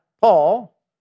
Paul